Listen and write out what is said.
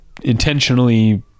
intentionally